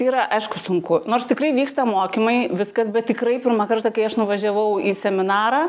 yra aišku sunku nors tikrai vyksta mokymai viskas bet tikrai pirmą kartą kai aš nuvažiavau į seminarą